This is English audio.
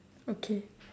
okay